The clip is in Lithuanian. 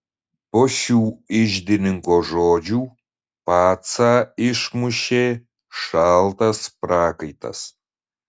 po šių iždininko žodžių pacą išmušė šaltas prakaitas